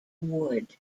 wood